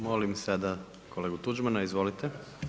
Molim sada kolegu Tuđmana, izvolite.